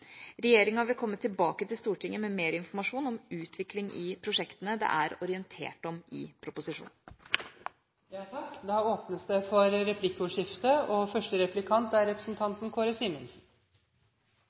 Regjeringa vil komme tilbake til Stortinget med mer informasjon om utvikling i prosjektene det er orientert om i proposisjonen. Det blir replikkordskifte. Jeg har lyst til å følge opp statsrådens innlegg og